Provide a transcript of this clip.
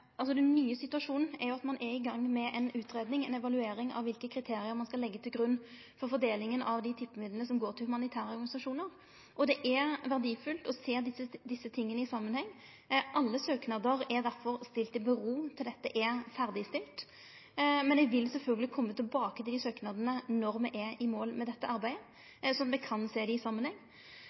den nye situasjonen er at ein er i gang med ei utgreiing – ei evaluering – av kva for kriterium ein skal leggje til grunn for fordeling av dei tippemidlane som går til humanitære organisasjonar. Det er verdifullt å sjå desse tinga i ein samanheng. Alle søknader er derfor sett på vent til dette er ferdigstilt. Men eg vil sjølvsagt komme tilbake til desse søknadene når me er i mål med dette arbeidet, sånn at me kan sjå dei i